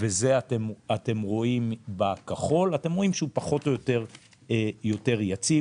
אתם רואים שהוא פחות או יותר יציב.